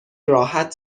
راحت